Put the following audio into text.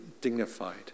dignified